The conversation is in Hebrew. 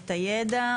את הידע,